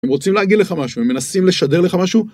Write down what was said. הם רוצים להגיד לך משהו הם מנסים לשדר לך משהו